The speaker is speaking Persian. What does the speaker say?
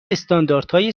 استانداردهای